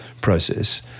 process